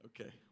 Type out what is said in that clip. Okay